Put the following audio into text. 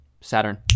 Saturn